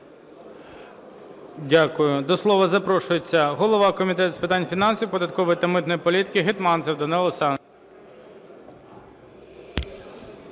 Дякую. До слова запрошується голова Комітету з питань фінансів, податкової та митної політики Гетманцев Данило